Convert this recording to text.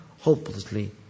hopelessly